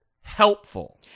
helpful